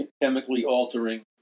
chemically-altering